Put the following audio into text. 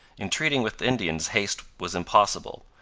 in treating with indians haste was impossible,